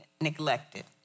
neglected